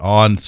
on